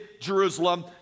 jerusalem